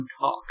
talk